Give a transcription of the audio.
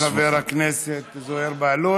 תודה לחבר הכנסת זוהיר בהלול.